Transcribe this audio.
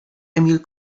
emil